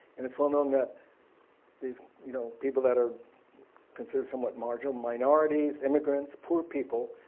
and it's well known that these you know people that are considered somewhat marginal minorities, immigrants, poor people,